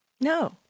No